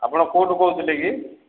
ଆପଣ କେଉଁଠୁ କହୁଥିଲେ କି